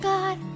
God